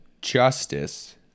justice